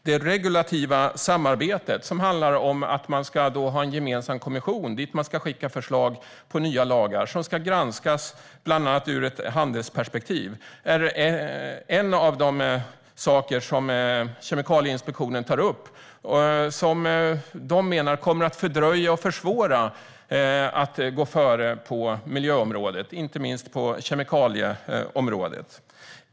Det regulativa samarbetet, som handlar om att man ska ha en gemensam kommission dit man ska skicka förslag på nya lagar som ska granskas bland annat ur ett handelsperspektiv, är en av de saker Kemikalieinspektionen tar upp. Man menar att det kommer att fördröja och försvåra möjligheten att gå före på miljöområdet, inte minst på kemikalieområdet.